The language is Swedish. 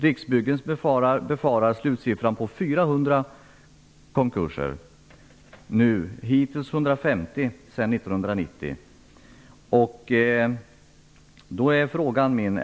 Riksbyggen befarar att slutsiffran blir 400 konkurser. Sedan 1990 har det skett 150.